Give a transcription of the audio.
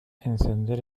encender